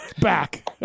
back